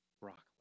broccoli